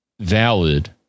valid